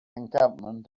encampment